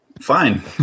Fine